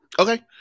Okay